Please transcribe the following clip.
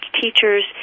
teachers